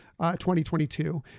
2022